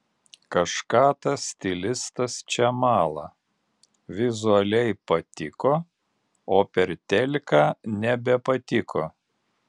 kažką tas stilistas čia mala vizualiai patiko o per teliką nebepatiko